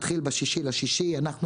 מתחיל ב-6 ביוני ואנחנו,